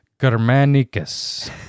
Germanicus